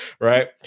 right